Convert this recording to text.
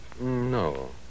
No